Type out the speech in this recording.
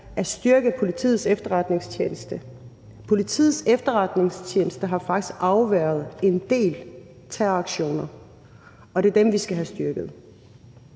at styrke Politiets Efterretningstjeneste. Politiets Efterretningstjeneste har faktisk afværget en del terroraktioner, og det er dem, vi skal have styrket.